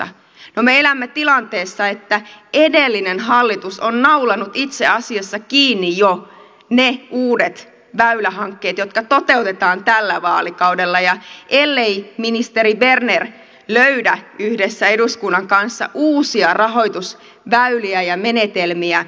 no me elämme tilanteessa että edellinen hallitus on naulannut itse asiassa kiinni jo ne uudet väylähankkeet jotka toteutetaan tällä vaalikaudella ja ellei ministeri berner löydä yhdessä eduskunnan kanssa uusia rahoitusväyliä ja menetelmiä